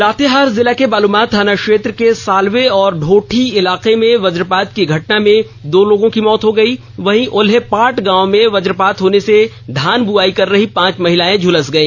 लातेहार जिला के बालूमाथ थाना क्षेत्र के साल्वे और ढोठी इलाके में वजपात की घटना में दो लोगों की मौत हो गई वहीं ओल्हेपाट गांव में वज्जपात होने से धान बुआई कर रही पांच महिलाए झलस गई